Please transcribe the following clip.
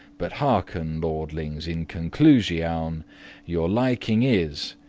but hearken, lordings, in conclusioun your liking is,